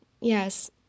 yes